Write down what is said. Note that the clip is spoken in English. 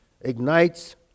ignites